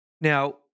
Now